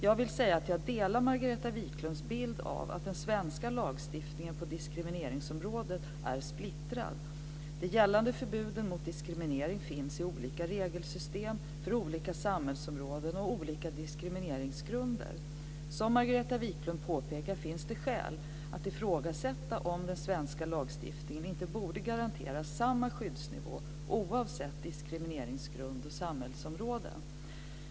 Jag vill säga att jag delar Margareta Viklunds bild av att den svenska lagstiftningen på diskrimineringsområdet är splittrad. De gällande förbuden mot diskriminering finns i olika regelsystem för olika samhällsområden och olika diskrimineringsgrunder. Som Margareta Viklund påpekar finns det skäl att ifrågasätta om den svenska lagstiftningen inte borde garantera samma skyddsnivå oavsett diskrimineringsgrund och samhällsområde.